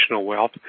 wealth